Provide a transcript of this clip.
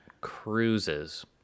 cruises